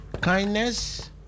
kindness